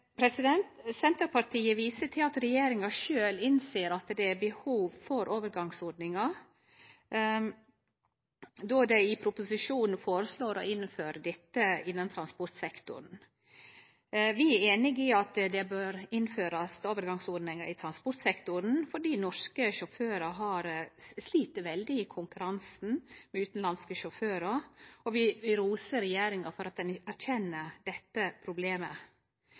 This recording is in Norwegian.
Senterpartiet viser til at regjeringa sjølv innser at det er behov for overgangsordningar då dei i proposisjonen foreslår å innføre dette for transportsektoren. Vi er einige i at det bør innførast overgangsordningar i transportsektoren fordi norske sjåførar slit veldig i konkurransen med utanlandske sjåførar, og vi rosar regjeringa for at den erkjenner dette problemet.